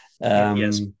Yes